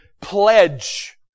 pledge